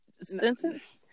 sentence